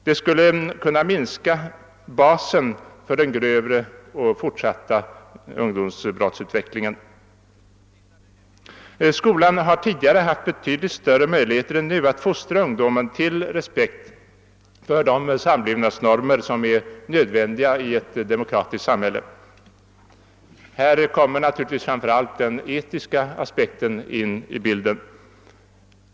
Den skulle kunna minska basen för den grövre och fortsatta brottsutvecklingen. Skolan har tidigare haft betydligt större möjligheter än nu att fostra ungdomen till respekt för de samlevnadsnormer som är nödvändiga i ett demokratiskt samhälle. I detta sammanhang är naturligtvis framför allt den etiska aspekten av betydelse.